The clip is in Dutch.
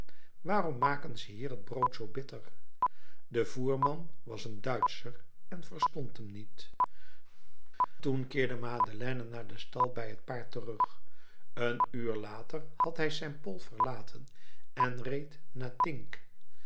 waarom maken ze hier het brood zoo bitter de voerman was een duitscher en verstond hem niet toen keerde madeleine naar den stal bij het paard terug een uur later had hij saint pol verlaten en reed